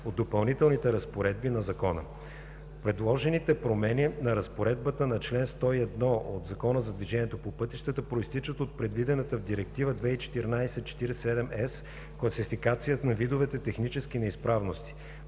от Допълнителните разпоредби на Закона. Предложените промени на разпоредбата на чл. 101 от Закона за движение по пътищата произтичат от предвидената в Директива 2014/47/ЕС класификация на видовете технически неизправности.